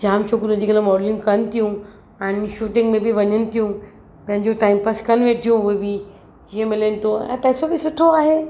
जामु छोकिरियूं अॼुकल्ह मॉडलींग कनि थियूं ऐं शूटींग में बि वञनि थियूं पंहिंजो टाइम पास कनि वेठियूं उहे बि जीअं मिलेनि थो ऐं पैसो बि सुठो आहे